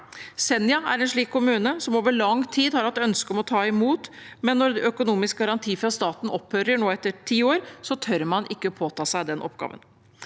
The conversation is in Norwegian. Senja er en slik kommune, som over lang tid har hatt ønske om å ta imot, men når økonomisk garanti fra staten opphører nå, etter ti år, tør man ikke påta seg den oppgaven.